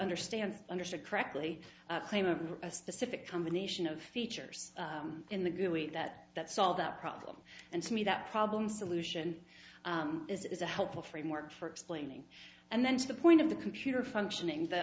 understand understood correctly claim of a specific combination of features in the gooey that that solve that problem and to me that problem solution is a helpful framework for explaining and then to the point of the computer functioning the